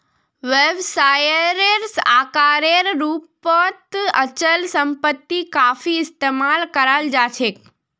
व्यवसायेर आकारेर रूपत अचल सम्पत्ति काफी इस्तमाल कराल जा छेक